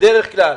בדרך כלל,